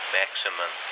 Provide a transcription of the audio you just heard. maximum